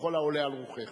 ככל העולה על רוחך.